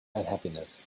unhappiness